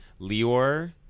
Lior